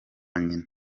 nyina